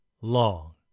long